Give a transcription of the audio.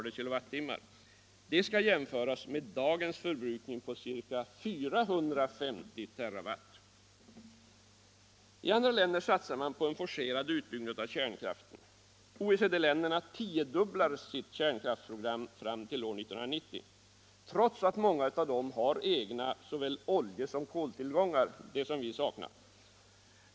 Det skall jämföras med dagens förbrukning på ca 450 TWh. I andra länder satsar man på en forcerad utbyggnad av kärnkraften. OECD-länderna tiodubblar sitt kärnkraftsprogram fram till år 1990, trots att många av dem har egna oljeoch koltillgångar.